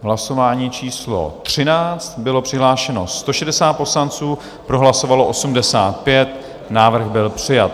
Hlasování číslo 13, bylo přihlášeno 160 poslanců, pro hlasovalo 85, návrh byl přijat.